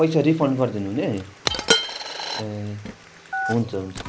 पैसा रिफन्ड गरिदिनु हुने ए हुन्छ हुन्छ